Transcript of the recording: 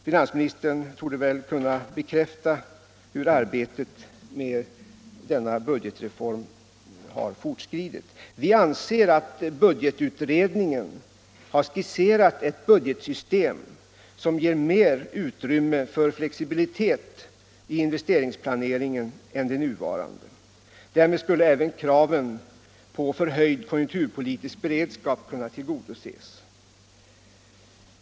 Finansministern torde kunna meddela hur arbetet med denna budgetreform har fortskridit. Vi anser att budgetutredningen har skisserat ett budgetsystem som ger mer utrymme för flexibilitet i investeringsplaneringen än det nuvarande. Därmed skulle ävan kraven på föhöjd konjunkturpolitisk beredskap kunna tillgodoses.